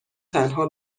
تنها